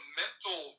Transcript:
mental